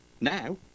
now